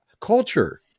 culture